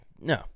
No